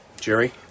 Jerry